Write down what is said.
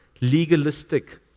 legalistic